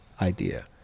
idea